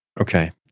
Okay